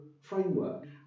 framework